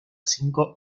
cinco